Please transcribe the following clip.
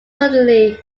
suddenly